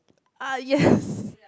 uh yes